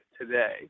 today